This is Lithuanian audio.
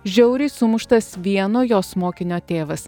žiauriai sumuštas vieno jos mokinio tėvas